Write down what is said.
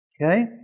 Okay